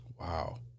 Wow